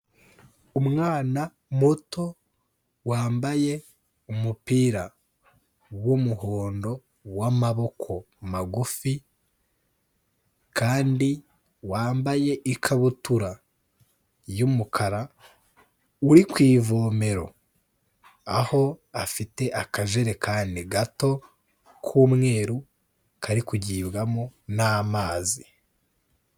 Umwana muto wambaye umupira w'umuhondo w'amaboko magufi' kandi wambaye ikabutura y'umukara uri ku ivomero, aho afite akajerekani gato k'umweru kari kugibwamo n'amazi.